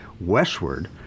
westward